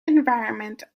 environment